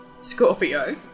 Scorpio